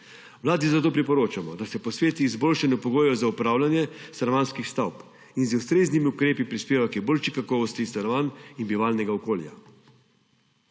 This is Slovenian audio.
Vladi zato priporočamo, da se posveti izboljšanju pogojev za upravljanje stanovanjskih stavb in z ustreznimi ukrepi prispeva k boljši kakovosti stanovanj in bivalnega okolja.